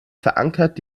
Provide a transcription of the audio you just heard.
verankert